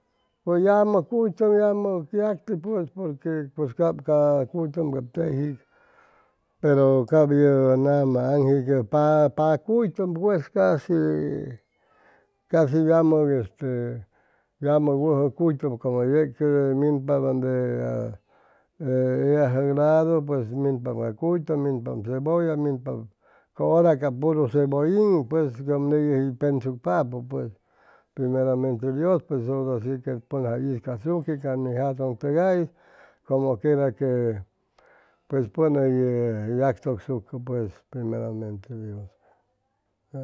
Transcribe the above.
Pues yamʉ cuytʉm yamʉ yacti pues pues cap ca cuytʉm cap teji pero cap ye nama anji ye pacuytʉm pues casi casi yamʉg este yamʉ wʉjʉ cuytʉm como yeg te minpa donde ye ellajʉg ladu pues minpam ca cuytʉm minpam cebolla minpam ca hora cap puru cebollin pues cap ney yʉji hʉy pensucpapʉ pues primeramente dios pues ora si que pʉn jay iscasuqui ca ni tatʉŋ tʉgais como quiera que pues pʉn hʉy hʉy yagchʉcsucʉ pues porimeramente dios